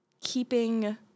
keeping